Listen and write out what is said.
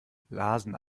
lasen